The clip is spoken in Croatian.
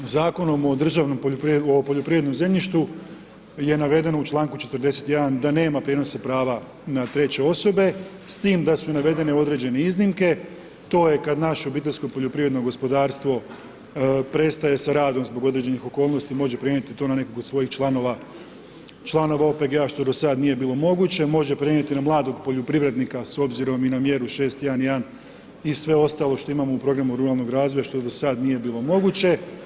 Zakonom o državnom poljoprivrednom, o poljoprivrednom zemljištu, je navedeno u čl. 41. da nema prijenosa prava na 3 osobe, s tim da su navedene određene iznimke, to je kada naš OPG prestaje sa radom zbog određenih okolnosti, može prenijeti to nekog na svojih članova, članova OPG-a što do sada nije bilo moguće, može prenijeti na mladog poljoprivrednika s obzirom i na mjeru 6.1.1. i sve ostalo što imamo u programu ruralnog razvoja, što do sada nije bilo moguće.